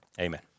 Amen